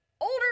older